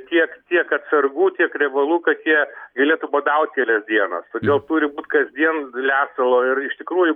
tiek tiek atsargų tiek riebalų kad jie galėtų badaut kelias dienas todėl turi būt kasdien lesalo ir iš tikrųjų